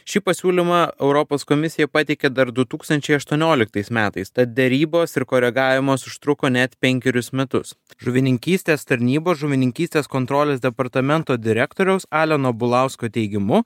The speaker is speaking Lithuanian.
šį pasiūlymą europos komisija pateikė dar du tūkstančiai aštuonioliktais metais tad derybos ir koregavimas užtruko net penkerius metus žuvininkystės tarnybos žuvininkystės kontrolės departamento direktoriaus aleno bulausko teigimu